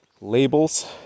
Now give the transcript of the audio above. labels